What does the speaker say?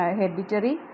hereditary